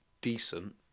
decent